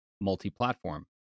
multi-platform